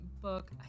book